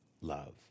love